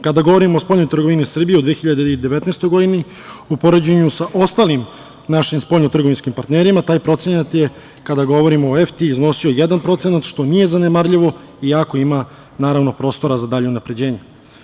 Kada govorim o spoljnoj trgovini u Srbiji u 2019. godini, u poređenju sa ostalim našim spoljnotrgovinskim partnerima, taj procenat je kada govorimo o EFTI iznosio 1%, što nije zanemarljivo iako ima prostora za dalje unapređenje.